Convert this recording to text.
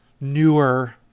newer